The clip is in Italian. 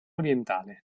orientale